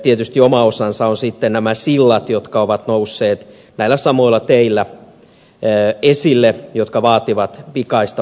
tietysti oma osansa ovat sitten nämä sillat jotka ovat nousseet näillä samoilla teillä esille ja jotka vaativat pikaista peruskorjausta